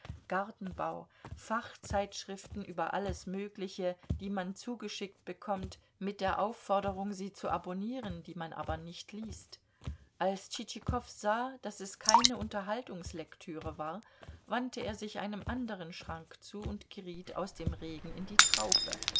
gartenbau fachzeitschriften über alles mögliche die man zugeschickt bekommt mit der aufforderung sie zu abonnieren die man aber nicht liest als tschitschikow sah daß es keine unterhaltungslektüre war wandte er sich einem andern schrank zu und geriet aus dem regen in die traufe